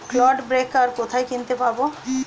Clod breaker কোথায় কিনতে পাব?